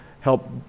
help